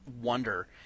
wonder